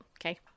Okay